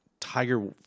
Tiger